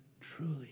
truly